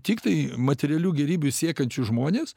tiktai materialių gėrybių siekiančius žmones